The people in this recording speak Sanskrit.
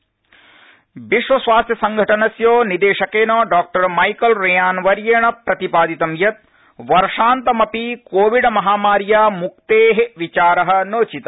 कोविड रेयान विश्वस्वास्थ्यसंघटनस्य निदेशकेन डॉ माइकल रेयान वर्येण प्रतिपादितं यत् वर्षान्तमपि कोविड महामार्या मुक्ते विचार नोचित